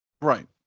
Right